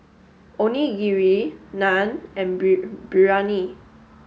Onigiri Naan and Biryani